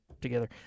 together